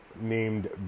named